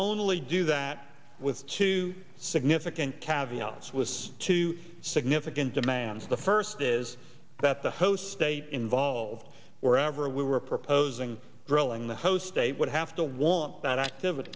only do that with two significant cabinets was two significant demands the first is that the host state involved wherever we were proposing drilling the host state would have to want that activity